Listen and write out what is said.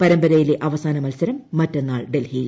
പരമ്പരയിലെ അവസാന മത്സരം മറ്റന്നാൾ ഡൽഹിയിൽ